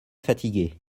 fatigué